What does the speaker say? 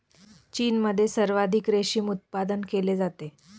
चीनमध्ये सर्वाधिक रेशीम उत्पादन केले जाते